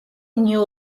ნიუ